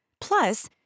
Plus